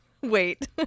Wait